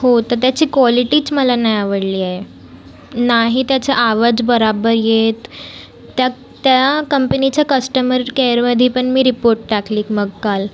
हो तर त्याची कॉलेटीच मला नाही आवडली आहे नाही त्याचा आवाज बराब्बर येत त्या त्या कंपनीचा कस्टमर केअरवधीपण मी रिपोट टाकलीक मग काल